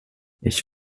ich